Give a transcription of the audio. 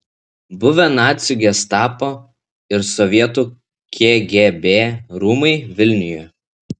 buvę nacių gestapo ir sovietų kgb rūmai vilniuje